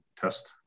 test